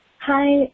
Hi